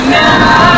now